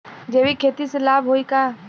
जैविक खेती से लाभ होई का?